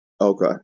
Okay